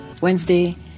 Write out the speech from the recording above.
Wednesday